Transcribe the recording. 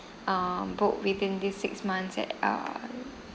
uh book within these six months at uh